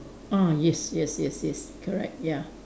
ah yes yes yes yes correct ya